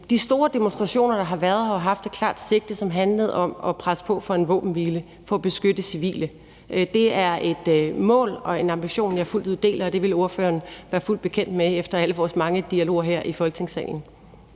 De store demonstrationer, der har været, har jo haft et klart sigte, som har handlet om at presse på for en våbenhvile for at beskytte civile. Det er et mål og en ambition, jeg fuldt ud deler, og det vil ordføreren være fuldt bekendt med efter alle vores mange dialoger her i Folketingssalen.